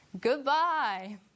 Goodbye